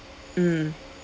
mm